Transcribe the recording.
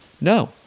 no